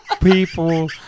people